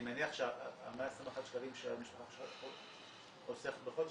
אני מניח שה-121 שקלים שהמשפחה חוסכת בחודש,